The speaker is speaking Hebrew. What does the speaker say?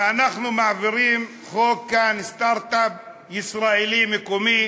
ואנחנו מעבירים כאן חוק סטרט-אפ ישראלי מקומי